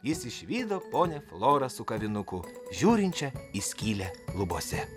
jis išvydo ponią florą su kavinuku žiūrinčią į skylę lubose